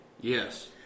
Yes